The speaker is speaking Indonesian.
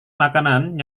makanan